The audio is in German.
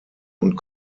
und